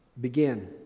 begin